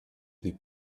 they